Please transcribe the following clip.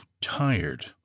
tired